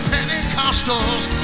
Pentecostals